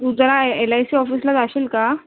तू जरा L I C ऑफिसला जाशील का